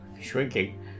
shrinking